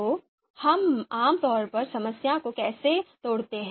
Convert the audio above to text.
तो हम आम तौर पर समस्या को कैसे तोड़ते हैं